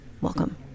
Welcome